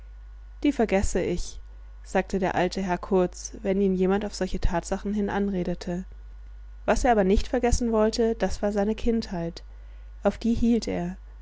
die vergesse ich sagte der alte herr kurz wenn ihn jemand auf solche tatsachen hin anredete was er aber nicht vergessen wollte das war seine kindheit auf die hielt er